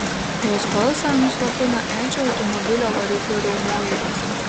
jos balsą nuslopina edžio automobilio variklio riaumojimas